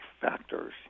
Factors